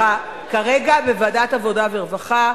כרגע בוועדת העבודה והרווחה.